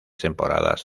temporadas